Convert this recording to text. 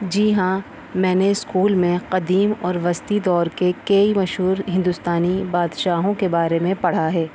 جی ہاں میں نے اسکول میں قدیم اور وسطی دور کے کئی مشہور ہندوستانی بادشاہوں کے بارے میں پڑھا ہے